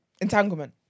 Entanglement